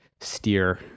steer